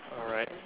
alright